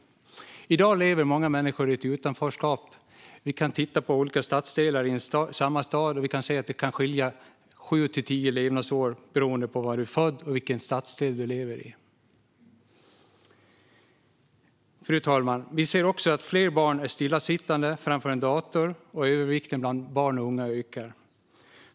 I dag lever många människor i ett utanförskap. I olika stadsdelar i samma stad kan levnadsåren skilja mellan sju och tio år beroende på var man är född och var man lever. Fru talman! Vi ser också hur fler barn är stillasittande framför en dator och att övervikten bland barn och unga ökar.